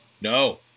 No